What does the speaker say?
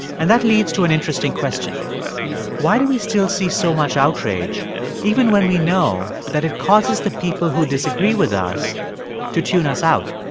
and that leads to an interesting question why do we still see so much outrage even when we know that it causes the people who disagree with us to tune us out?